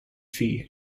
fee